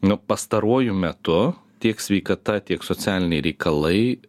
nu pastaruoju metu tiek sveikata tiek socialiniai reikalai